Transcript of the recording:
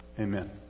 Amen